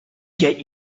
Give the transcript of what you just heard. get